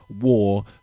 war